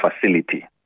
facility